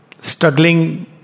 struggling